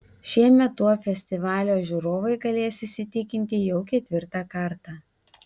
šiemet tuo festivalio žiūrovai galės įsitikinti jau ketvirtą kartą